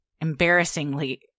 embarrassingly